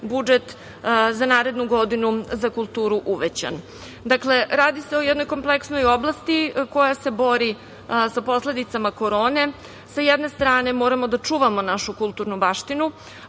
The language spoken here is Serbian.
budžet za narednu godinu za kulturu uvećan. Dakle, radi se o jednoj kompleksnoj oblasti, koja se bori sa posledicama korone. S jedne strane, moramo da čuvamo našu kulturnu baštinu,